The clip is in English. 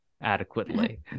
adequately